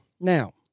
Now